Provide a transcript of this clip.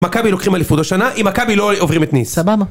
מכבי לוקחים אליפות השנה אם מכבי לא עוברים את ניס. סבבה.